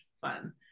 fun